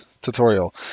tutorial